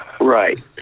Right